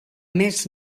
més